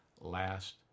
Last